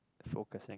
focusing